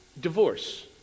divorce